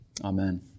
Amen